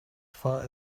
far